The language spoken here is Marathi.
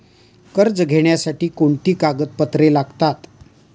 कर्ज घेण्यासाठी कोणती कागदपत्रे लागतात?